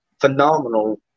phenomenal